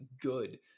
good